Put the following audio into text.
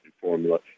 formula